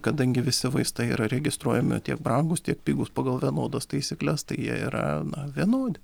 kadangi visi vaistai yra registruojami tiek brangūs tiek pigūs pagal vienodas taisykles tai jie yra na vienodi